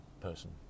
person